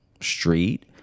street